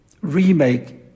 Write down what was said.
remake